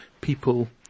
people